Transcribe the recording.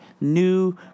new